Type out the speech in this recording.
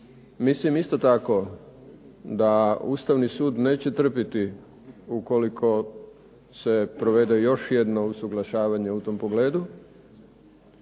mislim isto tako da Ustavni sud neće trpjeti ukoliko se provede još jedno usuglašavanje u tom pogledu